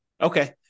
Okay